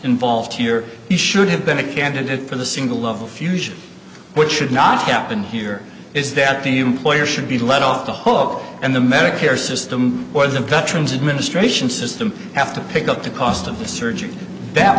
involved here he should have been a candidate for the single of the fusion which should not happen here is that the employer should be let off the hook and the medicare system or the veterans administration system have to pick up the cost of the surgery that